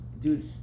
Dude